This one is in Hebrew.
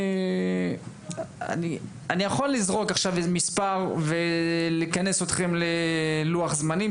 אני יכול לזרוק עכשיו מספר ולכנס אתכם ללוח זמנים,